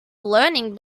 learning